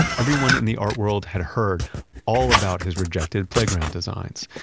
everyone in the art world had heard all about his rejected playground designs.